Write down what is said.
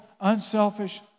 unselfish